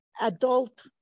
adult